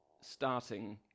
starting